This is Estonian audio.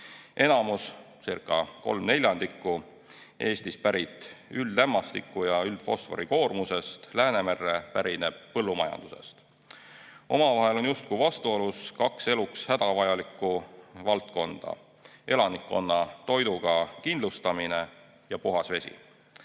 Enamus, circakolm neljandikku Eestist pärit üldlämmastiku‑ ja üldfosforikoormusest Läänemeres pärineb põllumajandusest. Omavahel on justkui vastuolus kaks eluks hädavajalikku valdkonda: elanikkonna toiduga kindlustamine ja puhas vesi.